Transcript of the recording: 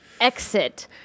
exit